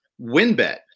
WinBet